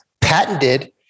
patented